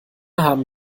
haben